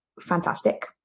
fantastic